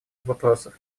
вопросов